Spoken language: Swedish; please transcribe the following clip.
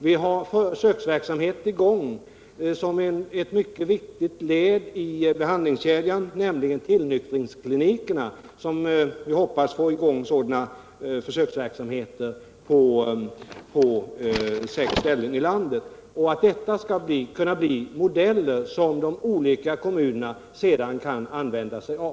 Vi har försöksverksamhet i gång som ett mycket viktigt led i behandlingskedjan, nämligen tillnyktringsklinikerna, som vi hoppas få i gång på sex ställen i landet. Vi hoppas att dessa skall kunna bli modeller som de olika kommunerna kan använda sig av.